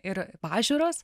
ir pažiūros